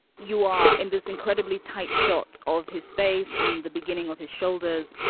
you are in this incredibly tight shot of his face and the beginning of his shoulders.